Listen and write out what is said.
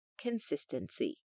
consistency